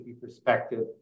perspective